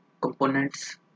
components